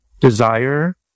desire